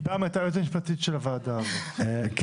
לגבי מה שאנחנו עשינו עד כה, באמצע